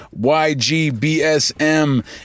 YGBSM